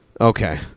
okay